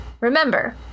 Remember